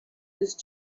these